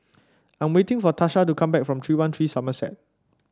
I'm waiting for Tasha to come back from three one three Somerset